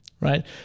right